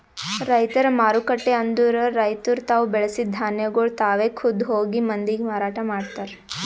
ರೈತರ ಮಾರುಕಟ್ಟೆ ಅಂದುರ್ ರೈತುರ್ ತಾವು ಬೆಳಸಿದ್ ಧಾನ್ಯಗೊಳ್ ತಾವೆ ಖುದ್ದ್ ಹೋಗಿ ಮಂದಿಗ್ ಮಾರಾಟ ಮಾಡ್ತಾರ್